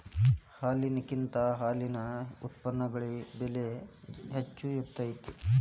ಹಾಲಿನಕಿಂತ ಹಾಲಿನ ಉತ್ಪನ್ನಗಳಿಗೆ ಬೆಲೆ ಹೆಚ್ಚ ಇರತೆತಿ